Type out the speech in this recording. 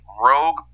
rogue